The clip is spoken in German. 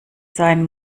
sein